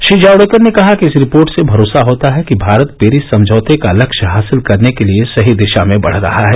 श्री जावड़ेकर ने कहा कि इस रिपोर्ट से भरोसा होता है कि भारत पेरिस समझौते का लक्ष्य हासिल करने के लिए सही दिशा में बढ रहा है